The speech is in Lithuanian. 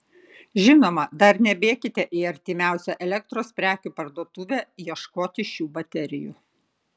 žinoma dar nebėkite į artimiausią elektros prekių parduotuvę ieškoti šių baterijų